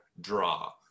draw